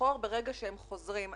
בשחור ברגע שהם חוזרים.